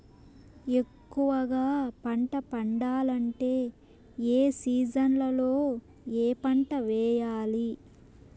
ఎక్కువగా పంట పండాలంటే ఏ సీజన్లలో ఏ పంట వేయాలి